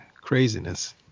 Craziness